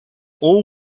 all